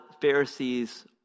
Pharisees